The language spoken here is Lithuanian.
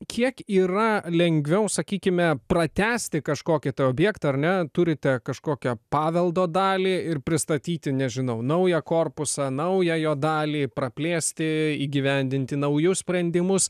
kiek yra lengviau sakykime pratęsti kažkokį objektą ar ne turite kažkokią paveldo dalį ir pristatyti nežinau naują korpusą naują jo dalį praplėsti įgyvendinti naujus sprendimus